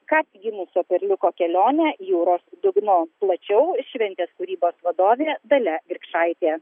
ką tik gimusio perliuko kelionę jūros dugnu plačiau šventės kūrybos vadovė dalia grikšaitė